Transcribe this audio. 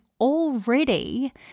already